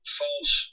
false